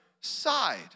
side